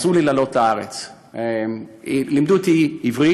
עזרו לי לעלות לארץ, לימדו אותי עברית